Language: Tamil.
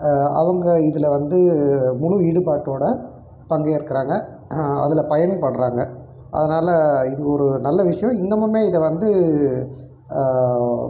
அவங்க இதில் வந்து முழு ஈடுபாட்டோடு பங்கேற்கிறாங்க அதில் பயன்படுகிறாங்க அதனால் இது ஒரு நல்ல விஷயம் இன்னமும் இதை வந்து